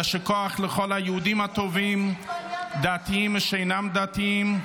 יישר כוח לכל היהודים הטובים, דתיים ושאינם דתיים,